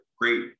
great